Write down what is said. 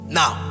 now